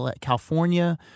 California